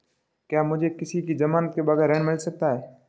क्या मुझे किसी की ज़मानत के बगैर ऋण मिल सकता है?